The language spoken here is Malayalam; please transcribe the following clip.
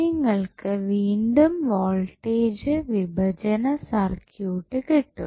നിങ്ങൾക്ക് വീണ്ടും വോൾട്ടേജ് വിഭജന സർക്യൂട്ട് കിട്ടും